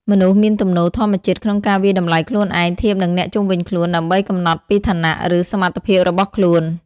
មនុស្សមានទំនោរធម្មជាតិក្នុងការវាយតម្លៃខ្លួនឯងធៀបនឹងអ្នកជុំវិញខ្លួន ដើម្បីកំណត់ពីឋានៈ ឬសមត្ថភាពរបស់ខ្លួន។